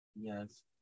Yes